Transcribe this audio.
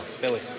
Billy